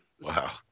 Wow